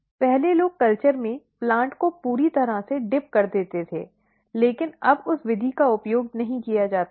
पहले लोग कल्चर में प्लांट को पूरी तरह से डुबो देते थे लेकिन अब उस विधि का उपयोग नहीं किया जाता है